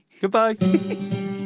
Goodbye